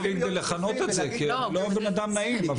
--- כדי לכנות את זה כי --- בן אדם נעים.